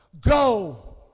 go